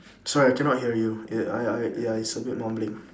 sorry I cannot hear you err I I ya it's a bit mumbling